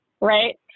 Right